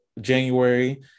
January